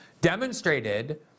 demonstrated